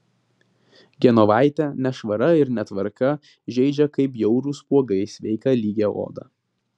genovaitę nešvara ir netvarka žeidžia kaip bjaurūs spuogai sveiką lygią odą